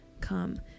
Come